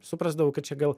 suprasdavau kad čia gal